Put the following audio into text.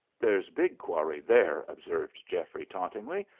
there's big quarry there! observed geoffrey, tauntingly.